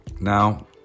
Now